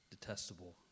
detestable